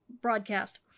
broadcast